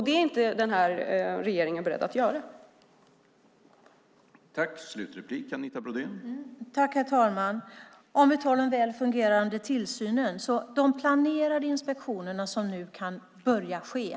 Regeringen är dock inte beredd att sätta ned foten.